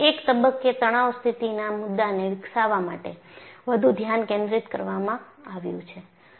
એક તબક્કે તણાવ સ્થિતિના મુદ્દાને વિકસાવવા માટે વધુ ધ્યાન કેન્દ્રિત કરવામાં આવ્યું હતું